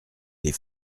les